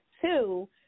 two